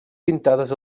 pintades